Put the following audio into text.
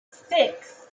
six